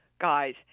guys